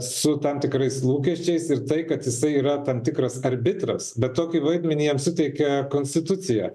su tam tikrais lūkesčiais ir tai kad jisai yra tam tikras arbitras bet tokį vaidmenį jam suteikia konstitucija